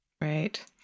Right